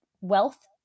wealth